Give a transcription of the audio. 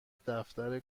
دفتر